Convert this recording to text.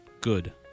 Good